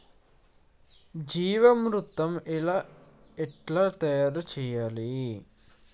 జీవామృతం ఎట్లా తయారు చేత్తరు?